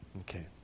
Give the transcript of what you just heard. Okay